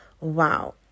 wow